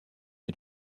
est